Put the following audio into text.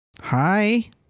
hi